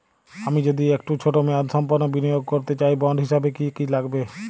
আমি যদি একটু ছোট মেয়াদসম্পন্ন বিনিয়োগ করতে চাই বন্ড হিসেবে কী কী লাগবে?